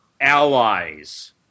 allies